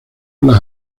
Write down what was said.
las